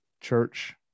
church